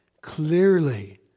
clearly